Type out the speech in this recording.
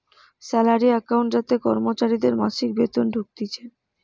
salary account যাতে কর্মচারীদের মাসিক বেতন ঢুকতিছে